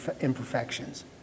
imperfections